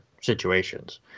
situations